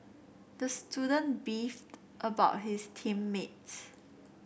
the student beefed about his team mates